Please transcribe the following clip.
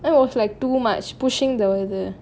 it was like too much pushing though then